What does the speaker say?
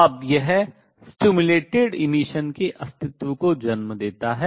अब यह उद्दीपित उत्सर्जन के अस्तित्व को जन्म देता है